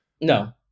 No